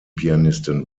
pianistin